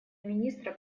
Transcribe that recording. министра